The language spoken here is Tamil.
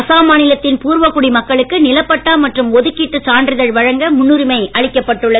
அசாம் மாநிலத்தின் பூர்வகுடி மக்களுக்கு நிலப்பட்டா மற்றும் ஒதுக்கீட்டு சான்றிதழ் வழங்க முன்னுரிமை அளிக்கப்பட்டுள்ளது